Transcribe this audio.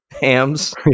hams